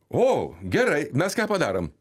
o gerai mes ką padarom